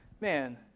Man